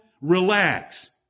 relax